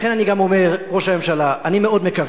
לכן אני גם אומר, ראש הממשלה, אני מאוד מקווה